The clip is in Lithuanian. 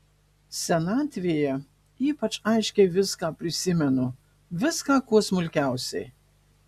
senatvėje ypač aiškiai viską prisimenu viską kuo smulkiausiai